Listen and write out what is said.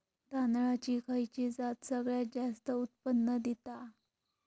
तांदळाची खयची जात सगळयात जास्त उत्पन्न दिता?